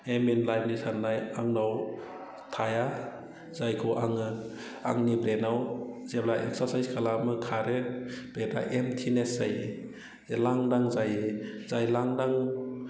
M इन लाइफनि साननाय आंनाव थाया जायखौ आङो आंनि ब्रेनाव जेब्ला एक्सारसाइस खालामो खारो ब्रेना एमप्टिनेस जायो लांदां जायो जाय लांदां